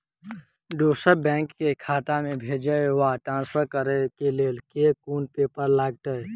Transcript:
दोसर बैंक केँ खाता मे भेजय वा ट्रान्सफर करै केँ लेल केँ कुन पेपर लागतै?